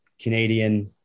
Canadian